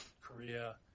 Korea